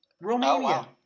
Romania